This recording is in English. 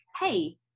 hey